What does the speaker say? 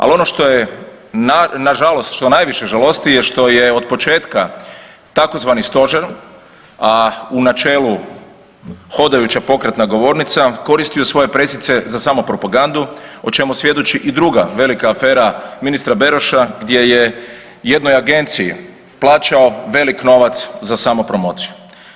A ono što je nažalost što najviše žalosti što je od početka tzv. stožer, a u načelu hodajuća pokretna govornica koristio svoje pressice za samopropagandu o čemu svjedoči i druga velika afera ministra Beroša gdje je jednoj agenciji plaćao velik novac za samopromociju.